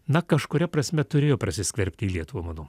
na kažkuria prasme turėjo prasiskverbti į lietuvą manau